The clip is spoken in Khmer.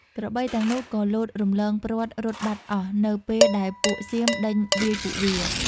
ក្របីទាំងនោះក៏លោតរំលងព្រ័ត្ររត់បាត់អស់នៅពេលដែលពួកសៀមដេញវាយពួកវា។